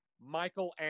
Michael